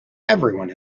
everyone